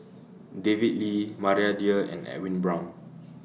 David Lee Maria Dyer and Edwin Brown